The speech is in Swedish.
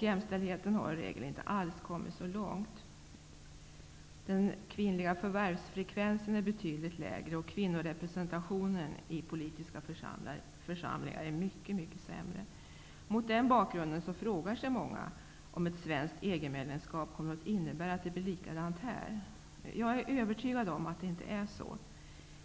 Jämställdheten har i regel inte alls kommit så långt. Den kvinnliga förvärvsfrekvensen är betydligt lägre, och kvinnorepresentationen i politiska församlingar är mycket sämre. Mot den bakgrunden frågar sig många om ett svenskt EG-medlemskap kommer att innebära att det blir likadant här. Jag är övertygad om att det inte är så.